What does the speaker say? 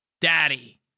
Daddy